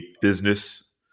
business